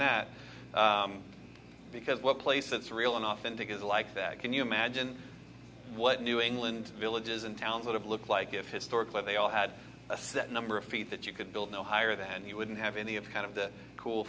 that because what place that's real and authentic is like that can you imagine what new england villages and towns would have looked like if historically they all had a set number of feet that you could build no higher than you wouldn't have any of kind of